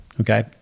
okay